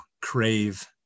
crave